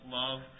love